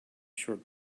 short